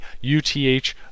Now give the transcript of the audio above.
UTH